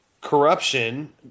corruption